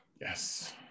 yes